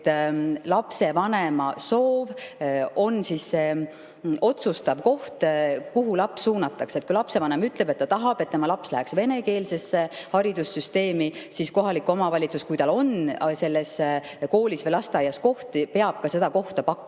et lapsevanema soov on otsustav, kuhu laps suunatakse. Kui lapsevanem ütleb, et ta tahab, et tema laps läheks venekeelsesse haridusasutusse, siis kohalik omavalitsus, kui tal on sellises koolis või lasteaias kohti, peab seda kohta ka